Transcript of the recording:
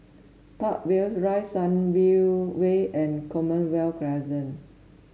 Park Villas Rise Sunview Way and Commonwealth Crescent